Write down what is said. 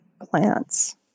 plants